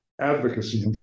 advocacy